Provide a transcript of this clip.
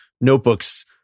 notebooks